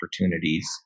opportunities